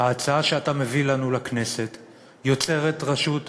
ההצעה שאתה מביא לנו לכנסת יוצרת רשות עצמאית?